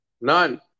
none